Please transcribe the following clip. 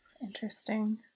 Interesting